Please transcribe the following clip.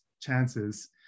chances